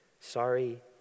Sorry